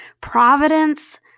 providence